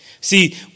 See